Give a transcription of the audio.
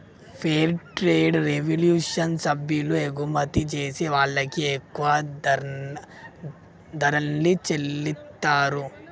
fair trade revolution సభ్యులు ఎగుమతి జేసే వాళ్ళకి ఎక్కువ ధరల్ని చెల్లిత్తారు